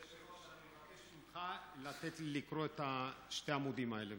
אני מבקש לתת לי לקרוא את שני העמודים האלה,